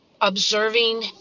observing